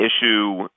issue